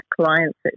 clients